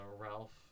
Ralph